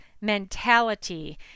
mentality